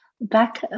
back